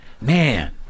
Man